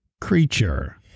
creature